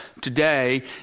today